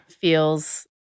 feels